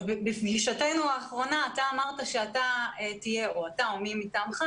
בפגישתנו האחרונה אתה אמרת שאתה או מי מטעמך,